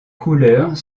couleurs